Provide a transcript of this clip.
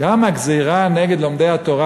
גם הגזירה נגד לומדי התורה,